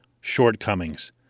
shortcomings